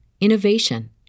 innovation